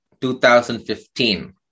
2015